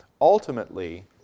ultimately